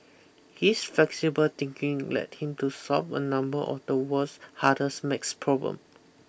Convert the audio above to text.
his flexible thinking led him to solve a number of the world's hardest math problem